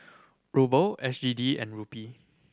Ruble S G D and Rupee